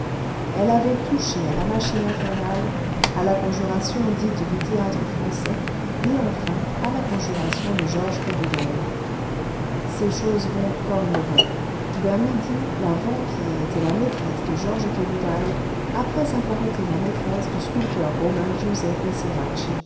elle avait touché à la machine infernale a la conjuration dite du théâtre-français et enfin à la conjuration de georges cadoudal ces choses vont comme le vent vers midi la vampire était la maîtresse de georges cadoudal après avoir été la maîtresse du sculpteur romain